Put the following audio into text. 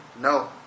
No